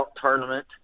Tournament